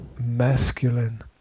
masculine